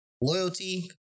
loyalty